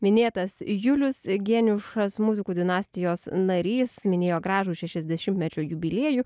minėtas julius geniušas muzikų dinastijos narys minėjo gražų šešiasdešimtmečio jubiliejų